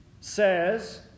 says